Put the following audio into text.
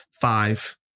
five